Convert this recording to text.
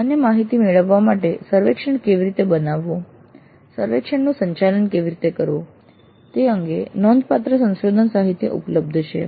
માન્ય માહિતી મેળવવા માટે સર્વેક્ષણ કેવી રીતે બનાવવું સર્વેક્ષણનું સંચાલન કેવી રીતે કરવું તે અંગે નોંધપાત્ર સંશોધન સાહિત્ય ઉપલબ્ધ છે